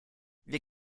wir